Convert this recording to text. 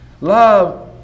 Love